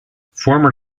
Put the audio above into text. former